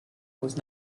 was